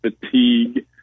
fatigue